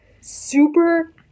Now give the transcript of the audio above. super